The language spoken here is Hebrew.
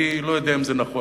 אני לא יודע אם זה נכון,